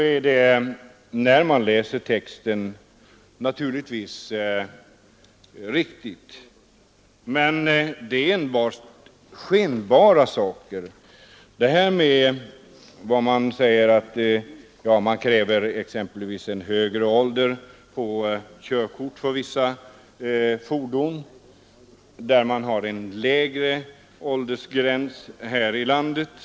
Om vi håller oss till texten är det riktigt, men det är endast skenbart som bestämmelserna är strängare. Man kräver exempelvis högre ålder för rätt att föra vissa fordon än den minimiålder som gäller här i landet.